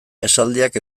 esaldiak